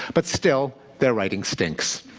but still their writing stinks.